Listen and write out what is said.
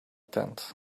tent